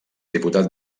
diputat